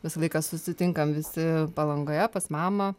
visą laiką susitinkam visi palangoje pas mamą